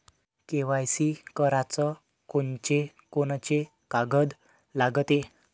KYC कराच कोनचे कोनचे कागद लागते?